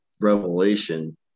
revelation